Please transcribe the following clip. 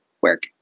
Work